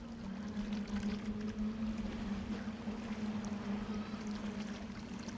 धान के बाली पिल्लूआन से बचावे खातिर कौन दवाई के उपयोग करे के चाही?